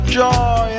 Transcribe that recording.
joy